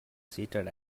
seated